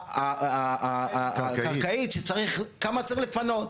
גובה הקרקעית, שכמה צריך לפנות.